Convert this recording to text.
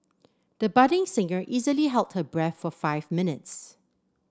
the budding singer easily held her breath for five minutes